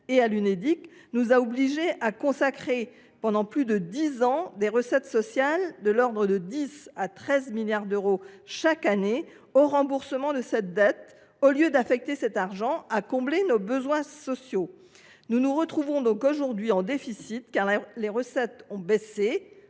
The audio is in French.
et à l’Unédic nous a obligés à consacrer, pendant plus de dix ans, des recettes sociales de l’ordre de 10 milliards à 13 milliards d’euros chaque année au remboursement de cette dette, au lieu d’affecter cet argent à combler nos besoins sociaux. Nous nous retrouvons donc aujourd’hui en déficit, car les recettes ont baissé,